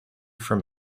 from